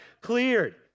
cleared